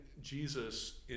Jesus